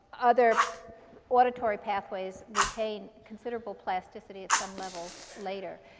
other auditory pathways retain considerable plasticity at some levels later.